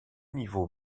niveaux